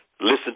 listen